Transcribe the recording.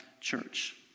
church